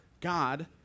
God